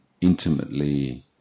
intimately